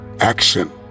action